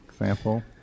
example